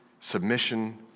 submission